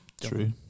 True